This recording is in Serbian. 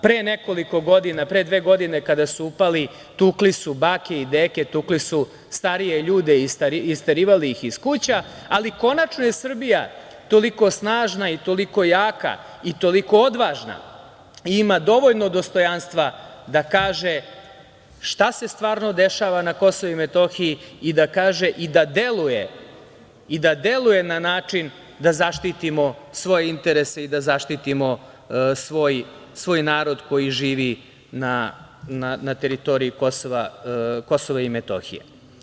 Pre nekoliko godina, pre dve godine kada su upali tukli su bake i deke, tukli su starije ljude i isterivali ih iz kuća, ali konačno je Srbija toliko snažna i toliko jaka i toliko odvažna i ima dovoljno dostojanstva da kaže šta se stvarno dešava na KiM i da kaže i da deluje na način da zaštitimo svoje interese i da zaštitimo svoj narod koji živi na teritoriji KiM.